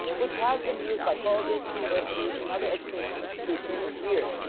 which has been used by colleges, universities, and other educational institutions for years,